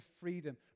freedom